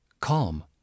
calm